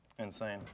Insane